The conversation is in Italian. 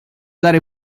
dare